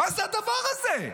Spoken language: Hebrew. מה זה הדבר הזה?